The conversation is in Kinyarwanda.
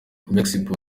mexico